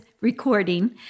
recording